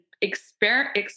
experiment